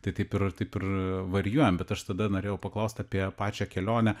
tai taip ir taip ir varijuojam bet aš tada norėjau paklaust apie pačią kelionę